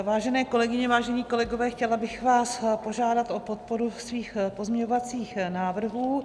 Vážené kolegyně, vážení kolegové, chtěla bych vás požádat o podporu svých pozměňovacích návrhů.